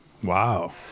Wow